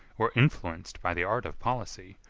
or influenced by the art of policy,